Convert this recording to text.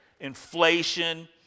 inflation